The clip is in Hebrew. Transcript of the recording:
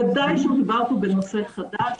בוודאי שמדובר פה בנושא חדש.